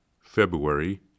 February